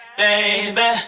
baby